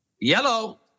Yellow